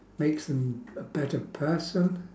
makes them a better person